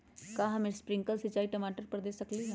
का हम स्प्रिंकल सिंचाई टमाटर पर दे सकली ह?